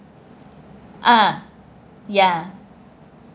ah ya